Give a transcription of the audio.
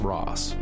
Ross